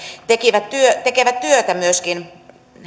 tekevät työtä